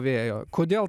vėjo kodėl